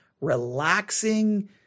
relaxing